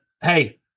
hey